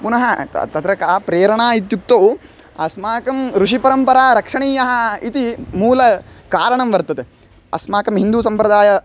पुनः तत्र का प्रेरणा इत्युक्तौ अस्माकं ऋषिपरम्परा रक्षणीया इति मूलकारणं वर्तते अस्माकं हिन्दु सम्प्रदाये